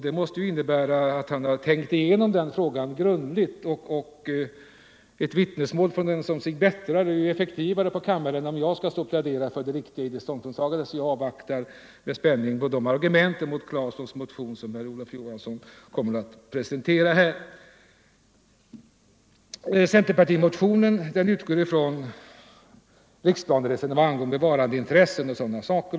Det måste ju innebära att han tänkt igenom frågan grundligt, och ett vittnesmål från en som sig bättrar är ju mera effektivt än om jag pläderar för det riktiga i det ståndpunktstagandet. Jag avvaktar med spänning de argument mot herr Claesons motion som herr Olof Johansson kommer att presentera här. Centerpartimotionen utgår från riksplaneresonemang, bevarandeintressen och sådana saker.